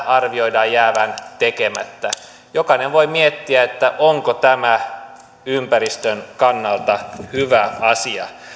arvioidaan jäävän tekemättä jokainen voi miettiä onko tämä ympäristön kannalta hyvä asia